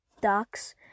Ducks